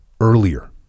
earlier